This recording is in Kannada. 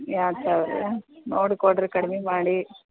ಯಾಕೆ ಅವ್ರೇ ನೋಡಿ ಕೊಡಿರಿ ಕಡ್ಮೆ ಮಾಡಿ